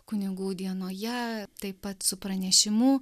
kunigų dienoje taip pat su pranešimu